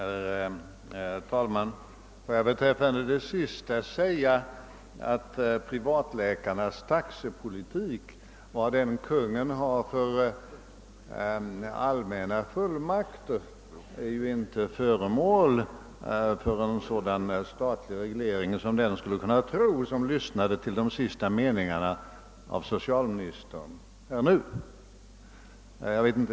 Herr talman! Får jag beträffande den sista punkten säga att privatläkarnas taxesättning, vilka allmänna fullmakter Kungl. Maj:t än har, inte är föremål för en sådan statlig reglering som den skulle kunna tro som lyssnade till de sista meningarna i socialministerns anförande nu.